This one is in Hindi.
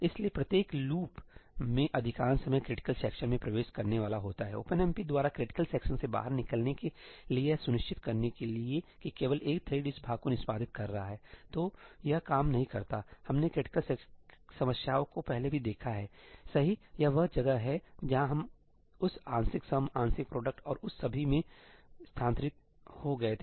इसलिए प्रत्येक लूप में अधिकांश समय क्रिटिकल सेक्शन में प्रवेश करने वाला होता हैओपनएमपी द्वारा क्रिटिकल सेक्शन से बाहर निकलने के लिए यह सुनिश्चित करने के लिए कि केवल एक थ्रेड इस भाग को निष्पादित कर रहा हैतो यह काम नहीं करता हैहमने क्रिटिकल समस्याओं को पहले भी देखा है सहीयह वह जगह है जहां हम उस आंशिक सम आंशिक प्रोडक्ट और उस सभी में स्थानांतरित हो गए थे